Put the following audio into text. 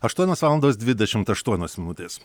aštuonios valandos dvidešimt aštuonios minutės